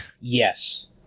Yes